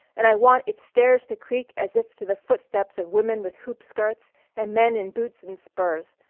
and i want its stairs to creak as if to the footsteps of women with hoop skirts and men in boots and spurs.